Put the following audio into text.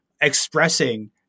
expressing